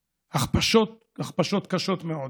הכפשות, הכפשות קשות מאוד,